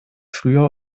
früher